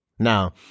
Now